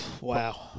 Wow